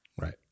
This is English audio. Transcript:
Right